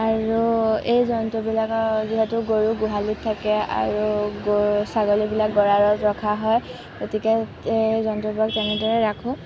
আৰু এই জন্তুবিলাকৰ যিহেতু গৰু গোহালীত থাকে আৰু গৰু ছাগলীবিলাক গঁৰালত ৰখা হয় গতিকে এই জন্তুবোৰক তেনেদৰে ৰাখোঁ